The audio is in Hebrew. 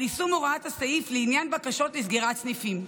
יישום הוראת הסעיף לעניין בקשות לסגירת סניפים.